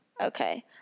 Okay